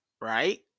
right